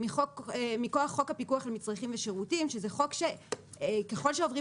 מכח חוק הפיקוח למצרכים ושירותים שזה חוק שככל שעוברים